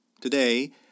Today